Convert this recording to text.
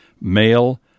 male